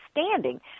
standing